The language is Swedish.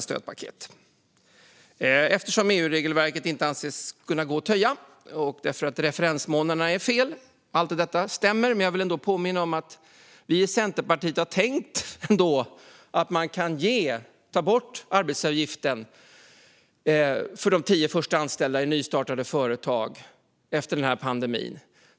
Anledningen är att EU-regelverket inte anses kunna gå att töja och att referensmånaderna är fel. Allt detta stämmer, men jag vill ändå påminna om att vi i Centerpartiet har tänkt att man kan ta bort arbetsgivaravgiften för de tio första anställda i nystartade företag efter pandemin.